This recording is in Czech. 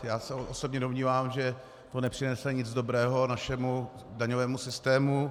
Já se osobně domnívám, že to nepřinese nic dobrého našemu daňovému systému.